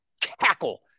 tackle